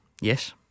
Yes